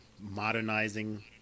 modernizing